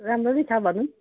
राम्रो नै छ भनौँ